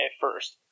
first